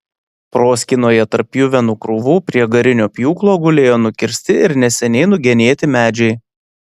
proskynoje tarp pjuvenų krūvų prie garinio pjūklo gulėjo nukirsti ir neseniai nugenėti medžiai